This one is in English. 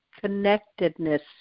connectedness